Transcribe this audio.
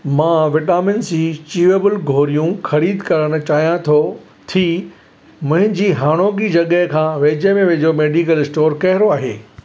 मां vitamin C chewable गोरियूं ख़रीद करणु चाहियां थो थी मुंहिंजी हाणोकी जॻहि खां वेझे में वेझो मेडिकल स्टोर कहिड़ो आहे